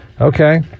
Okay